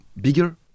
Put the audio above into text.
bigger